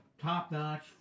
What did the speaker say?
top-notch